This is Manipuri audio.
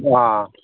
ꯑꯥ